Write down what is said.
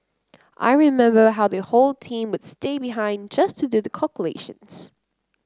I remember how the whole team would stay behind just to do the calculations